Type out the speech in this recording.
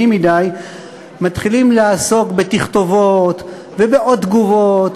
מדי מתחילים לעסוק בתכתובות ובעוד תגובות,